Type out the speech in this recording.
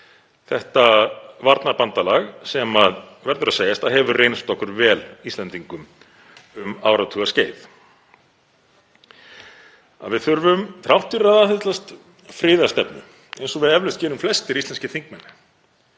þetta varnarbandalag sem verður að segjast að hefur reynst okkur Íslendingum vel um áratugaskeið. Við þurfum, þrátt fyrir að aðhyllast friðarstefnu, eins og við eflaust gerum flestir íslenskir þingmenn,